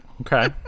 okay